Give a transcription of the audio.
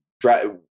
drive